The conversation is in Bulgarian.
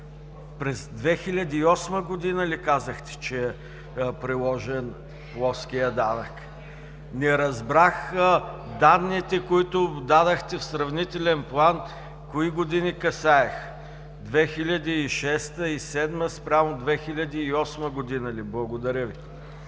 през 2008 г. ли казахте, че е приложен плоският данък? Не разбрах данните, които дадохте в сравнителен план кои години касаеха – 2006, 2007 спрямо 2008 година ли? Благодаря Ви.